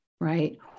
right